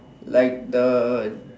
like the